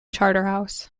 charterhouse